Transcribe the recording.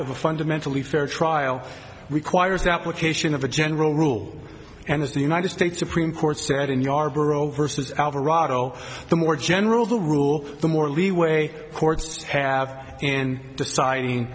of a fundamentally fair trial requires application of a general rule and if the united states supreme court said in yarbrough vs alvarado the more general the rule the more leeway courts have in deciding